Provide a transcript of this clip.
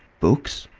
books?